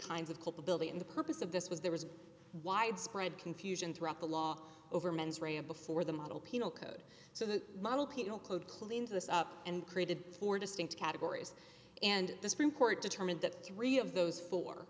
kinds of culpability in the purpose of this was there was a widespread confusion throughout the law over mens rea a before the model penal code so the model penal code clean this up and created four distinct categories and the supreme court determined that three of those fo